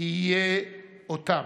יהיה אותם".